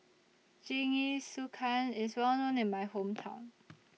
Jingisukan IS Well known in My Hometown